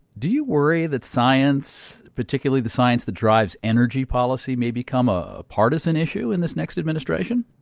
do you worry that science particularly the science that drives energy policy may become a partisan issue in this next administration?